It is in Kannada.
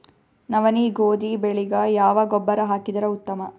ನವನಿ, ಗೋಧಿ ಬೆಳಿಗ ಯಾವ ಗೊಬ್ಬರ ಹಾಕಿದರ ಉತ್ತಮ?